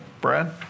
Brad